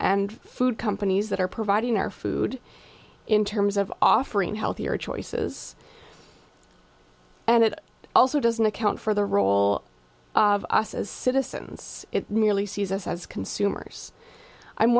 and food companies that are providing their food in terms of offering healthier choices and it also doesn't account for the role of us as citizens it merely sees us as consumers i'm